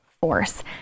force